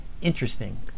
interesting